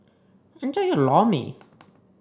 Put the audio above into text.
enjoy your Lor Mee